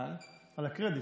על הקרדיט?